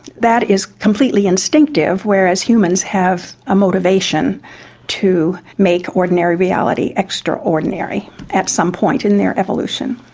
that is completely instinctive, whereas humans have a motivation to make ordinary reality extraordinary at some point in their evolution.